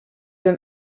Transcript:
them